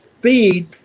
feed